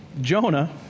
Jonah